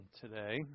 today